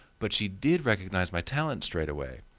but she did recognize my talent straight away.